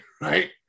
right